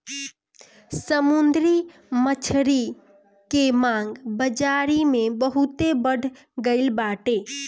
समुंदरी मछरी के मांग बाजारी में बहुते बढ़ गईल बाटे